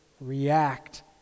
react